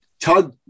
Tug